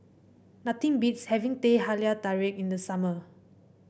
nothing beats having Teh Halia Tarik in the summer